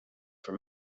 for